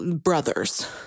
brothers